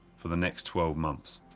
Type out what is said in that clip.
for the next twelve months.